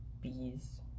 bees